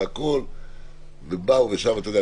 ואתה יודע,